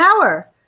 power